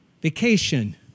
Vacation